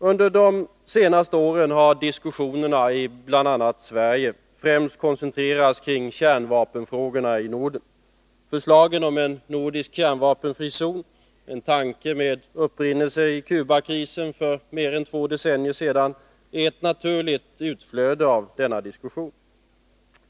Under de senaste åren har diskussionen i bl.a. Sverige främst koncentrerats kring kärnvapenfrågorna i Norden. Förslagen om en nordisk kärnvapenfri zon — en tanke med upprinnelse i Cubakrisen för mer än två decennier sedan — är ett naturligt utflöde av denna diskussion.